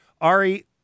Ari